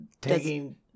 Taking